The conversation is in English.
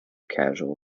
casual